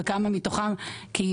וכמה מתוכם --- כי